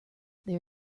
there